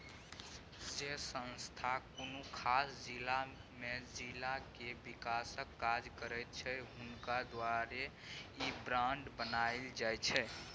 जे संस्था कुनु खास जिला में जिला के विकासक काज करैत छै हुनका द्वारे ई बांड बनायल जाइत छै